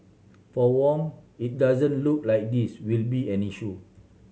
for Wong it doesn't look like this will be an issue